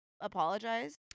apologize